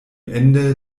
ende